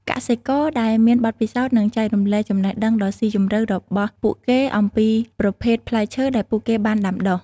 កសិករដែលមានបទពិសោធន៍នឹងចែករំលែកចំណេះដឹងដ៏ស៊ីជម្រៅរបស់ពួកគេអំពីប្រភេទផ្លែឈើដែលពួកគេបានដាំដុះ។